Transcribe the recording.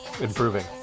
Improving